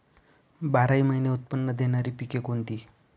बाराही महिने उत्त्पन्न देणारी पिके कोणती?